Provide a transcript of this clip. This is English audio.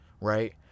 right